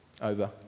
over